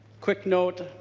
quick note.